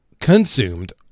consumed